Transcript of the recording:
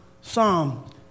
Psalm